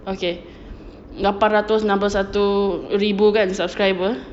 okay lapan ratus enam puluh satu ribu kan subscriber